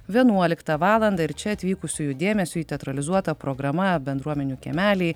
vienuoliktą valandą ir čia atvykusiųjų dėmesiui teatralizuota programa bendruomenių kiemeliai